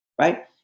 right